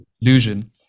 illusion